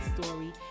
story